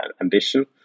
ambition